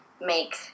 make